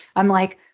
i'm like,